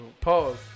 Pause